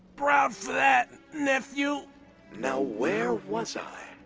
proud for that. nephew you know where was i?